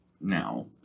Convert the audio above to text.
now